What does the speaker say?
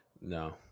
no